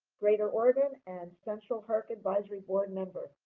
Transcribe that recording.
greater oregon, and central herc advisory board member.